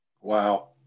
Wow